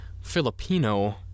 Filipino